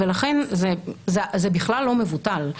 לכן זה בכלל לא מבוטל.